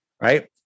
Right